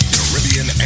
Caribbean